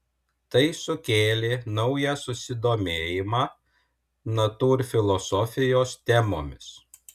tai sukėlė naują susidomėjimą natūrfilosofijos temomis